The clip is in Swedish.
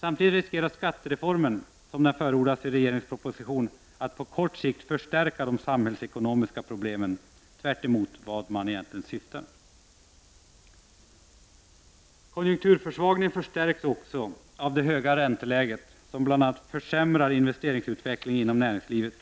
Sammantaget riskerar skattereformen, sådan den förordas i regeringens proposition, att på kort sikt förstärka de samhällsekonomiska problemen, tvärtemot syftet. Konjunkturförsvagningen förstärks också av det höga ränteläget som bl.a. försämrar investeringsutvecklingen inom näringslivet.